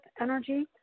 energy